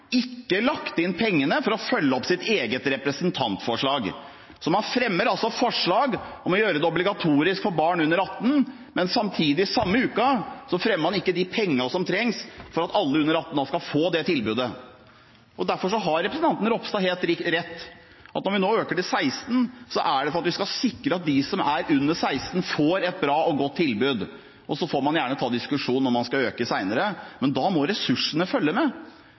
ikke lagt inn pengene for å følge opp sitt eget representantforslag. Så man fremmer altså forslag om å gjøre det obligatorisk for barn under 18, men samtidig – i samme uke – fremmer man ikke de pengene som trengs for at alle under 18 skal få dette tilbudet. Derfor har representanten Ropstad helt rett i at når vi nå øker til 16, er det for at vi skal sikre at de som er under 16, får et bra og godt tilbud. Så får man gjerne ta diskusjonen om man skal øke senere, men da må ressursene følge med,